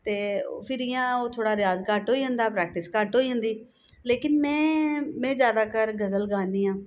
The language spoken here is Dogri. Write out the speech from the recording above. ते फिर इ'यां ओह् थोह्ड़ा रेयाज घट्ट होई जंदा प्रैक्टिस घट्ट होई जन्दी लेकिन मैं मैं ज्यादा कर गजल गान्नी आं